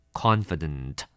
confident